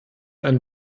ein